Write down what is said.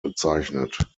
bezeichnet